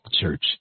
church